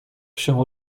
się